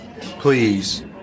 Please